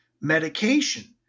medication